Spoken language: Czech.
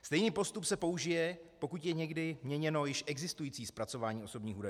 Stejný postup se použije, pokud je někdy měněno již existující zpracování osobních údajů.